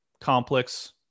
Complex